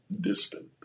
distant